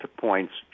points